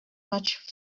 much